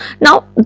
now